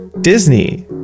Disney